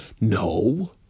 No